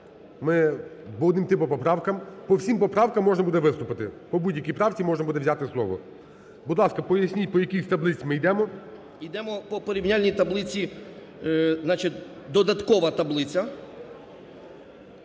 Ми будемо йти по поправкам. По всім поправкам можна буде виступити, по будь-якій правці можна буде взяти слово. Будь ласка, поясність, по якій з таблиць ми йдемо. 11:24:09 ШИНЬКОВИЧ А.В. Йдемо по порівняльній таблиці, значить додаткова таблиця,